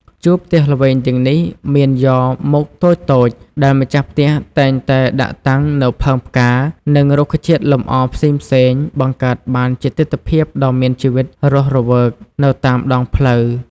ជួរផ្ទះល្វែងទាំងនេះមានយ៉រមុខតូចៗ ដែលម្ចាស់ផ្ទះតែងតែដាក់តាំងនូវផើងផ្កា និងរុក្ខជាតិលម្អផ្សេងៗ បង្កើតបានជាទិដ្ឋភាពដ៏មានជីវិតរស់វើកនៅតាមដងផ្លូវ។